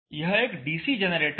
यह एक DC generator है